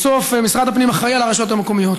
בסוף משרד הפנים אחראי על הרשויות המקומיות,